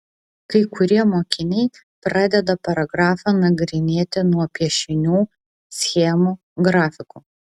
kai kurie mokiniai pradeda paragrafą nagrinėti nuo piešinių schemų grafikų